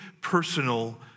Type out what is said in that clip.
personal